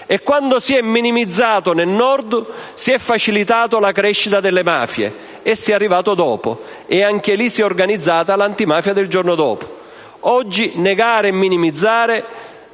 E quando si è minimizzata nel Nord, si è facilitata la crescita delle mafie e si è arrivati dopo. E anche lì si è organizzata l'antimafia del giorno dopo. Oggi negare e minimizzare